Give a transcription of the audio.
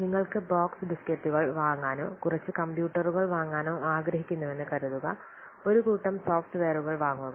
നിങ്ങൾക്ക് ബോക്സ് ഡിസ്കറ്റുകൾ വാങ്ങാനോ കുറച്ചു കമ്പ്യൂട്ടറുകൾ വാങ്ങാനോ ആഗ്രഹിക്കുന്നുവെന്ന് കരുതുക ഒരു കൂട്ടം സോഫ്റ്റ്വെയറുകൾ വാങ്ങുക